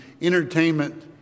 entertainment